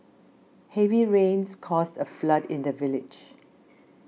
heavy rains caused a flood in the village